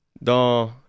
dans